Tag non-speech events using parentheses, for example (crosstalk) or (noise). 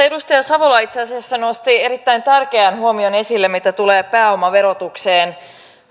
(unintelligible) edustaja savola itse asiassa nosti erittäin tärkeän huomion esille mitä tulee pääomaverotukseen